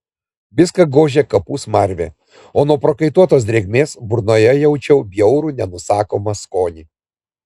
viską gožė kapų smarvė o nuo prakaituotos drėgmės burnoje jaučiau bjaurų nenusakomą skonį